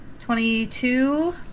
Twenty-two